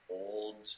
old